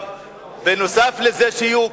נוסף על זה שיהיו,